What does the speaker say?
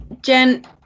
jen